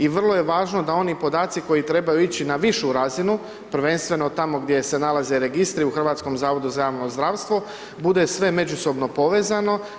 I vrlo je važno da oni podaci koji trebaju ići na višu razinu, prvenstveno tamo gdje se nalaze registri u Hrvatskom zavodu za javno zdravstvo bude sve međusobno povezano.